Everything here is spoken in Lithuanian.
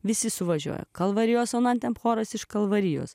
visi suvažiuoja kalvarijos sonantem choras iš kalvarijos